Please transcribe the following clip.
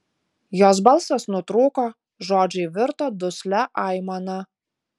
jos balsas nutrūko žodžiai virto duslia aimana